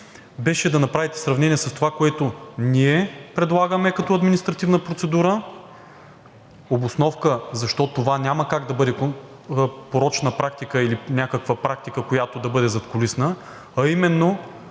беше да направите сравнение с това, което ние предлагаме като административна процедура, обосновка защо това няма как да бъде в порочна практика или някаква практика, която да бъде задкулисна, а именно